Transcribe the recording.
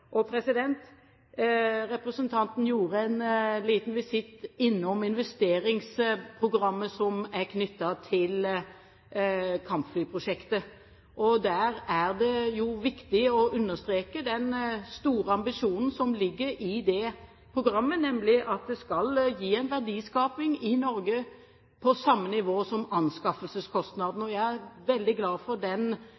Representanten gjorde en liten visitt til investeringsprogrammet som er knyttet til kampflyprosjektet. Det er viktig å understreke den store ambisjonen som ligger i det programmet, nemlig at det skal gi en verdiskaping i Norge på samme nivå som anskaffelseskostnaden.